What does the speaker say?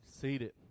seated